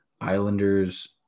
Islanders